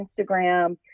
Instagram